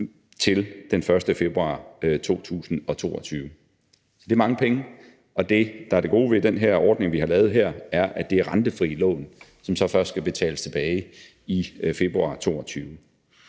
til den 1. februar 2022. Det er mange penge, og det, der er det gode ved den ordning, vi har lavet her, er, at det er rentefrie lån, som så først skal betales tilbage i februar 2022.